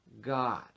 God